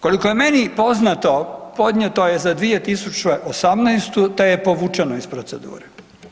Koliko je meni poznato podnijeto je za 2018. te je povučeno iz procedure.